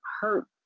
hurt